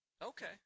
Okay